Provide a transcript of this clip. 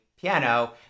piano